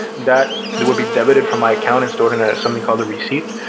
that that will be debited from my account and stored in ah something called a receipt.